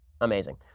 Amazing